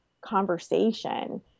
conversation